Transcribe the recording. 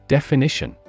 Definition